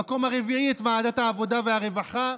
למקום הרביעי, את ועדת העבודה והרווחה,